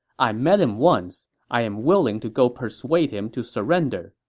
i met him once. i am willing to go persuade him to surrender.